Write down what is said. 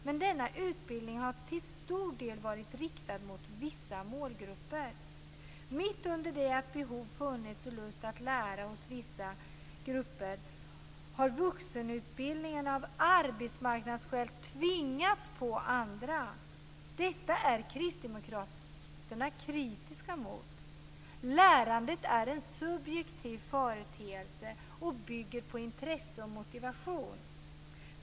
Men denna utbildning har till stor del varit riktad mot vissa målgrupper. Mitt under det att behov och en lust att lära har funnits hos vissa grupper, har vuxenutbildningen av arbetsmarknadsskäl tvingats på andra. Detta är kristdemokraterna kritiska mot. Lärandet är en subjektiv företeelse och bygger på intresse och motivation.